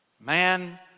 man